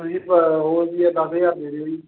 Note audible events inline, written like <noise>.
ਤੁਸੀਂ <unintelligible> ਹੋਰ ਰੁਪਿਆ ਦਸ ਹਜ਼ਾਰ ਦੇ ਦਿਉ ਜੀ